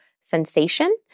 sensation